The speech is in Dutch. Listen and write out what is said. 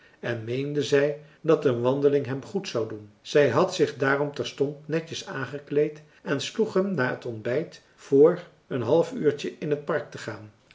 en meende zij dat een wandeling hem goed zou doen zij had zich daarom terstond netjes aangekleed en sloeg hem na het ontbijt voor een half uurtje in het park te gaan